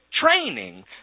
training